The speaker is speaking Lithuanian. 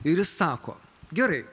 ir jis sako gerai